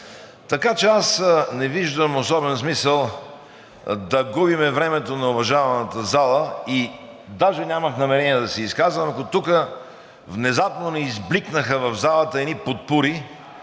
право. Аз не виждам особен смисъл да губим времето на уважаемата зала и даже нямах намерение да се изказвам, ако тук внезапно не избликнаха в залата едни потпури,